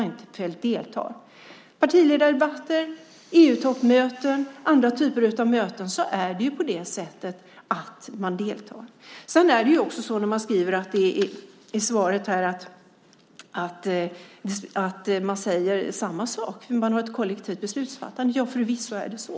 Han deltar ju i partiledardebatter, EU-toppmöten och andra typen av möten. I det skriftliga svaret står vidare att man säger samma sak, att man har ett kollektivt beslutsfattande. Ja, förvisso är det så.